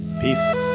Peace